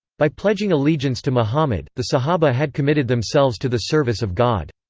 by pledging allegiance to muhammad, the sahabah had committed themselves to the service of god.